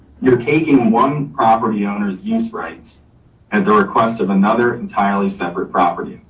you're caking one property owners use rights at the request of another entirely separate property.